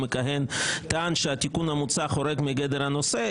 מכהן טען שהתיקון המוצע חורג מגדר הנושא,